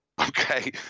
Okay